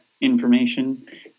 information